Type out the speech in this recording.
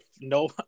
No